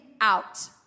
out